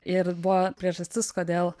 ir buvo priežastis kodėl